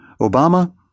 Obama